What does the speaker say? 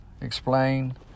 explain